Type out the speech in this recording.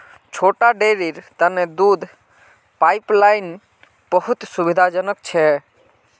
छोटा डेरीर तने दूध पाइपलाइन बहुत सुविधाजनक छ